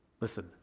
Listen